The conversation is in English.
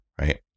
Right